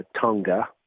Tonga